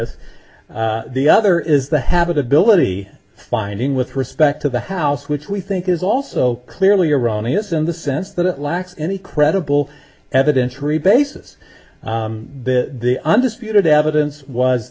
s the other is the habitability finding with respect to the house which we think is also clearly erroneous in the sense that it lacks any credible evidence re basis the undisputed evidence was